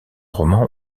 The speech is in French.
romans